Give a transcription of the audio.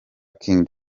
king